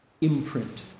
imprint